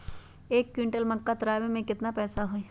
एक क्विंटल मक्का तुरावे के केतना पैसा होई?